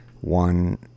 one